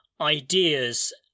ideas